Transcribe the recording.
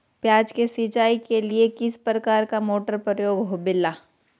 प्याज के सिंचाई के लिए किस प्रकार के मोटर का प्रयोग होवेला?